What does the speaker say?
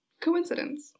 coincidence